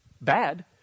bad